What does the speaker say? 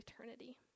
eternity